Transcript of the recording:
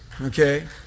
Okay